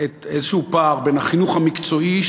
איזה פער בין החינוך המקצועי,